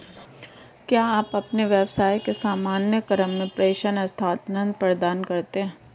क्या आप अपने व्यवसाय के सामान्य क्रम में प्रेषण स्थानान्तरण प्रदान करते हैं?